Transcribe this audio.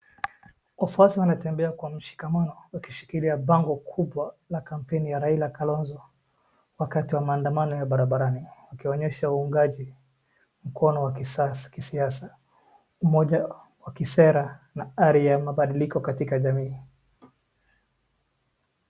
Wafuasi wanatembea kwa mshikamano wakishikila bango kubwa la kampeni ya Raila Kalonzo wakati wa maandamano ya barabarani, wakionyesha uungaji mkono wa kisiasa umoja wa kisera na hali ya mambadiliko katika jamii.